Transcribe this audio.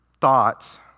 thoughts